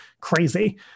crazy